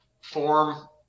form